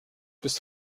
bis